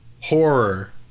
Horror